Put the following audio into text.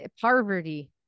Poverty